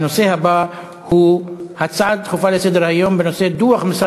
אנחנו עוברים לנושא הבא: דוח משרד